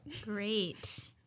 great